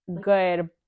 good